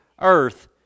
earth